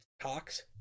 talks